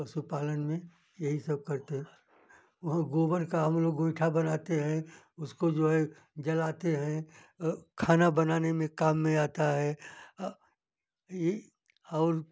पशु पालन में यही सब करते वो गोबर का हम लोग गोइठा बनाते हैं उसको जो है जलाते हैं खाने बनाने में काम में आता है ये और